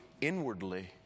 inwardly